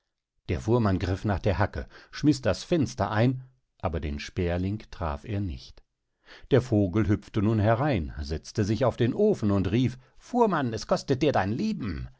der fuhrmann griff nach der hacke schmiß das fenster ein aber den sperling traf er nicht der vogel hüpfte nun herein setzte sich auf den ofen und rief fuhrmann es kostet dir dein leben